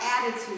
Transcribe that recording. attitude